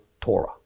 Torah